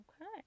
Okay